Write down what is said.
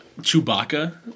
Chewbacca